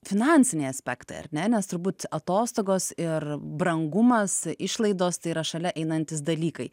finansiniai aspektai ar ne nes turbūt atostogos ir brangumas išlaidos tai yra šalia einantys dalykai